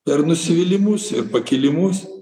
per nusivylimus ir pakilimus